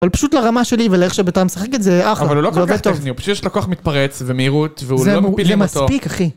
אבל פשוט לרמה שלי ולאיך שביתר משחקת זה אחלה. אבל הוא לא כל כך טכני, הוא פשוט יש לו כוח מתפרץ ומהירות והוא לא מפילים אותו... זה מספיק, אחי.